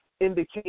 indicate